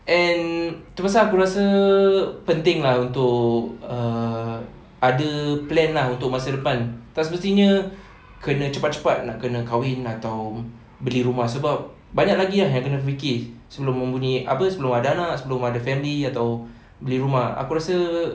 and tu pasal aku rasa penting lah untuk err ada plan lah untuk masa depan tak semestinya kena cepat-cepat nak kena kahwin atau beli rumah sebab banyak lagi yang kena fikir sebelum membeli apa sebelum ada anak sebelum ada family atau beli rumah aku rasa